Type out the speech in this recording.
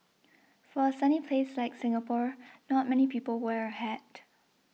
for a sunny place like Singapore not many people wear a hat